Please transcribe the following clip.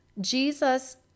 Jesus